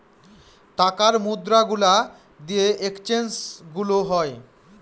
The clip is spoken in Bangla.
টাকার মুদ্রা গুলা দিয়ে এক্সচেঞ্জ গুলো হয়